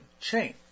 chain